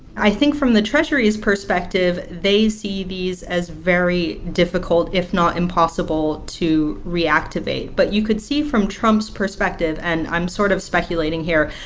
i think from the treasury's perspective, they see these as very difficult, if not impossible, to reactivate. but you could see from trump's perspective and i'm sort of speculating here.